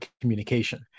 communication